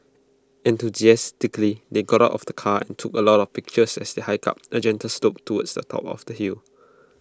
enthusiastically they got out of the car and took A lot of pictures as they hiked up the gentle slope towards the top of the hill